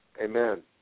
Amen